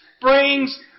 brings